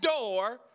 door